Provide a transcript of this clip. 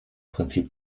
prinzip